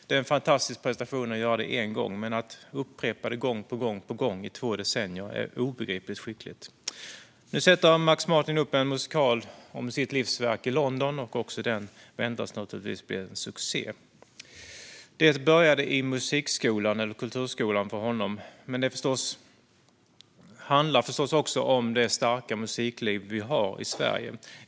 Det är en fantastisk prestation att göra det en gång, men att upprepa det gång på gång i två decennier är obegripligt skickligt. Nu sätter Max Martin upp en musikal om sitt livsverk i London, och den väntas naturligtvis bli en succé. Det började i musikskolan eller kulturskolan för honom, men det handlar förstås också om det starka musikliv vi har i Sverige.